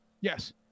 Yes